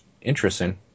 Interesting